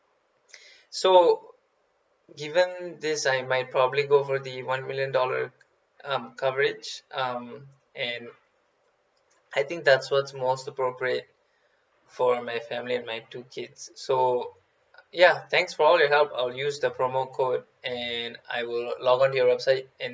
so given this I might probably go for the one million dollar um coverage um and I think that's what's most appropriate for my family and my two kids so ya thanks for all your help I'll use the promo code and I will log on to your website and